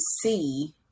see